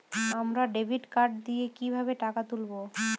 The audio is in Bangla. আমরা ডেবিট কার্ড দিয়ে কিভাবে টাকা তুলবো?